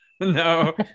No